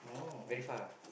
very far